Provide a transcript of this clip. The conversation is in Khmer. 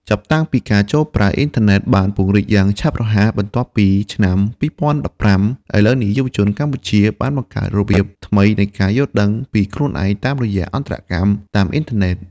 ចាប់តាំងពីការចូលប្រើអ៊ីនធឺណិតបានពង្រីកយ៉ាងឆាប់រហ័សបន្ទាប់ពីឆ្នាំ 2015 ឥឡូវនេះយុវជនកម្ពុជាបានបង្កើតរបៀបថ្មីនៃការយល់ដឹងពីខ្លួនឯងតាមរយៈអន្តរកម្មតាមអ៊ីនធឺណិត។